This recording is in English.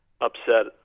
upset